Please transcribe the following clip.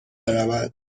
برود